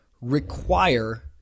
require